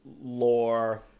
lore